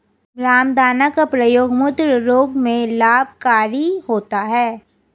रामदाना का प्रयोग मूत्र रोग में लाभकारी होता है